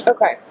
Okay